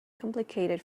complicated